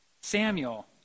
Samuel